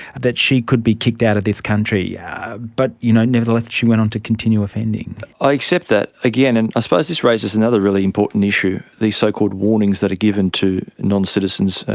that she could be kicked out of this country, yeah but you know nevertheless she went on to continue offending. i accept that, again. and i suppose this raises another really important issue, these so-called warnings that a given to non-citizens,